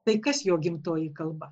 tai kas jo gimtoji kalba